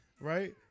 right